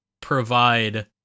provide